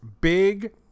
big